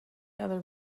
other